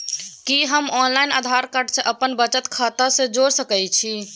कि हम online Aadhaar card के अपन बचत खाता से जोरि सकै छी?